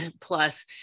plus